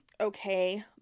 okay